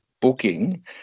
booking